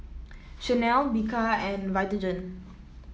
Chanel Bika and Vitagen